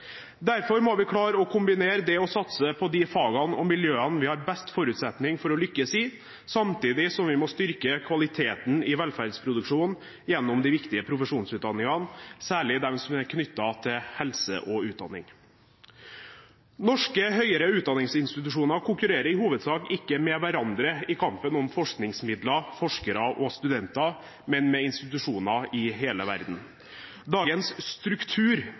Derfor må vi klare å kombinere det å satse på de fagene og miljøene vi har best forutsetning for å lykkes i, med å styrke kvaliteten i velferdsproduksjonen gjennom de viktige profesjonsutdanningene, særlig de som er knyttet til helse og utdanning. Norske høyere utdanningsinstitusjoner konkurrerer i hovedsak ikke med hverandre i kampen om forskningsmidler, forskere og studenter, men med institusjoner i hele verden. Dagens struktur